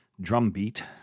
Drumbeat